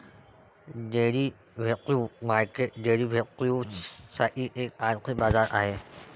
derivative market derivatives साठी एक आर्थिक बाजार आहे